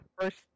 First